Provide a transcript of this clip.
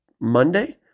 Monday